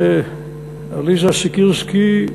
לעליזה סיקירסקי,